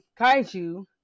kaiju